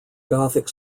gothic